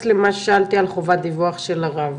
גם למה ששאלתי על חובת דיווח של הרב.